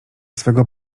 swego